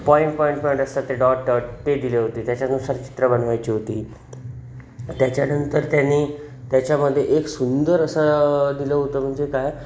point point point असतात ते dot dot ते दिले होते त्याच्यानुसार चित्र बनवायची होती त्याच्यानंतर त्यांनी त्याच्यामध्ये एक सुंदर असं दिलं होतं म्हणजे काय